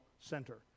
Center